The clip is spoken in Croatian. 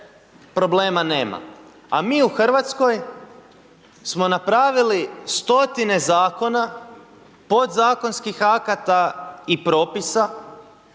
problema nema. A mi u Hrvatskoj smo napravili 100-tine zakona, podzakonskih akata i propisa